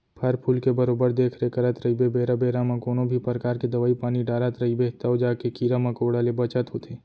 फर फूल के बरोबर देख रेख करत रइबे बेरा बेरा म कोनों भी परकार के दवई पानी डारत रइबे तव जाके कीरा मकोड़ा ले बचत होथे